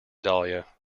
dahlia